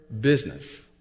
business